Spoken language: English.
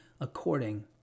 according